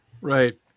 Right